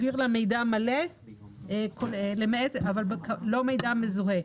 מידע מלא אבל לא מידע מזוהה.